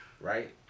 Right